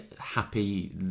happy